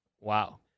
Wow